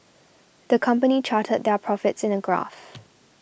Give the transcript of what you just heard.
the company charted their profits in a graph